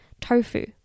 tofu